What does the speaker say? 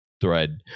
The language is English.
thread